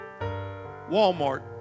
Walmart